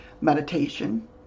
Meditation